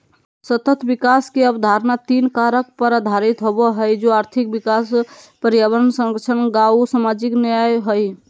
सतत विकास के अवधारणा तीन कारक पर आधारित होबो हइ, जे आर्थिक विकास, पर्यावरण संरक्षण आऊ सामाजिक न्याय हइ